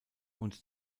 und